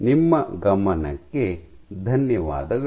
ನಿಮ್ಮ ಗಮನಕ್ಕೆ ಧನ್ಯವಾದಗಳು